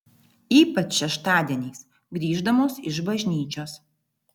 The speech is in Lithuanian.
ypač šeštadieniais grįždamos iš bažnyčios